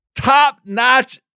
top-notch